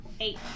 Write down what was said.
Eight